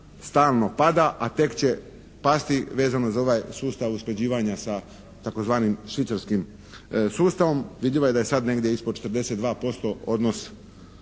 stalno pada, a tek će pasti vezano za ovaj sustav usklađivanja sa tzv. švicarskim sustavom. Vidljivo je da je sad negdje ispod 42% odnos